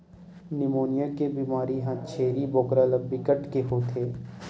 pneumonia के बेमारी ह छेरी बोकरा ल बिकट के होथे